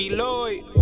Lloyd